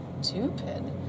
stupid